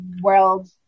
World